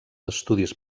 estudis